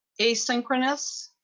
asynchronous